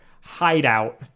hideout